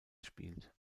spielt